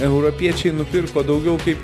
europiečiai nupirko daugiau kaip